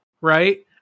right